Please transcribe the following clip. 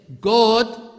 God